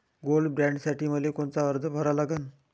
Gold बॉण्डसाठी मले कोनचा अर्ज भरा लागन?